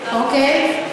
אוקיי.